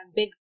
big